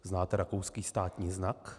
Znáte rakouský státní znak?